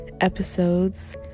episodes